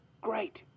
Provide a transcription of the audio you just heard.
Great